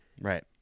Right